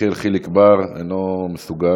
יחיאל חיליק בר, אינו מסוגל.